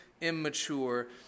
immature